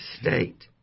state